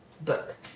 book